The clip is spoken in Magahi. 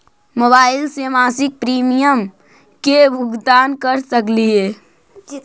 मोबाईल से मासिक प्रीमियम के भुगतान कर सकली हे?